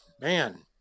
man